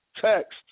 text